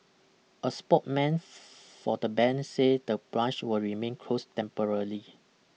a spokeman for the bank say the branch will remain closed temporarily